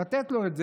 לתת לו את זה,